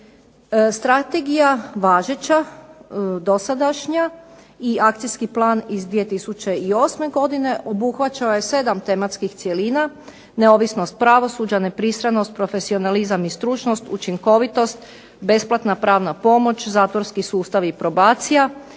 Strategija važeća, dosadašnja, i akcijski plan iz 2008. godine obuhvaćao je 7 tematskih cjelina neovisnost pravosuđa, nepristranost, profesionalizam i stručnost, učinkovitost, besplatna pravna pomoć, zatvorski sustav i probacija,